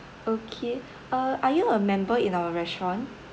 okay uh are you a member in our restaurant